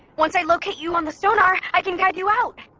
once i locate you on the sonar, i can guide you out